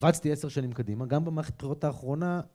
רצתי עשר שנים קדימה, גם במערכת הבחירות האחרונה.